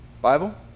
Bible